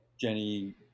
Jenny